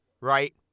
right